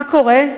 מה קורה?